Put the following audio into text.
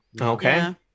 Okay